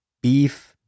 beef